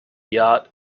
yacht